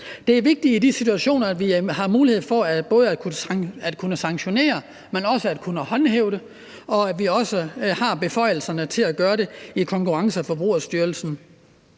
Det er vigtigt i de situationer, at vi har mulighed for både at kunne sanktionere det og håndhæve det, og det er også vigtigt, at vi har beføjelserne til at gøre det i Konkurrence- og Forbrugerstyrelsen.